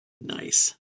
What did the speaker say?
Nice